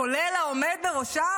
כולל העומד בראשה,